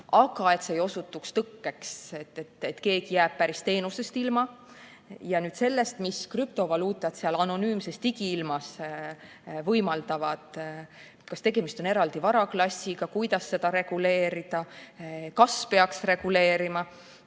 aga et see ei osutuks tõkkeks, et keegi jääb teenustest päris ilma. Ja nüüd räägime sellest, mida krüptovaluutad seal anonüümses digiilmas võimaldavad. Kas tegemist on eraldi varaklassiga? Kuidas seda reguleerida? Kas peaks reguleerima?